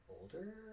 older